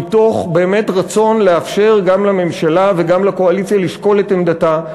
מתוך באמת רצון לאפשר גם לממשלה וגם לקואליציה לשקול את עמדתה.